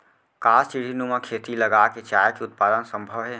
का सीढ़ीनुमा खेती लगा के चाय के उत्पादन सम्भव हे?